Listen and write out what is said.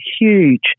huge